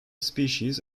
species